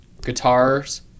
guitars